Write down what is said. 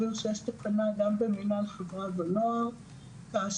שתוקם וועדת היגוי משרדית בנושא של חיים בשותפות וחינוך כנגד